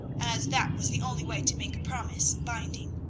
as that was the only way to make a promise binding.